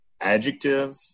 adjective